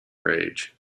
rage